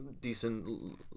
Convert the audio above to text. decent